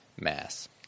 mass